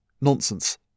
Nonsense